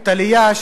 טליה,